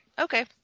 Okay